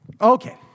Okay